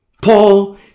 Paul